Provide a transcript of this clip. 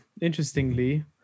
interestingly